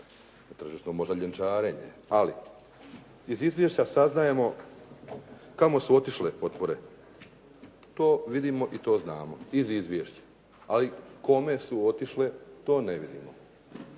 tržištu možda ljenčarenje. Ali iz izvješća saznajemo kamo su otišle potpore. To vidimo i to znamo iz izvješća. Ali kome su otišle? To ne vidimo.